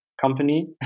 company